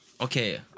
Okay